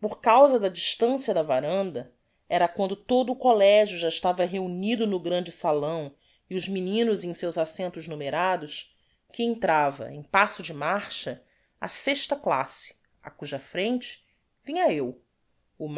por causa da distancia da varanda era quando todo o collegio já estava reunido no grande salão e os meninos em seus assentos numerados que entrava em passo de marcha a sexta classe á cuja frente vinha eu o